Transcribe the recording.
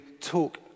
talk